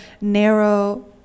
narrow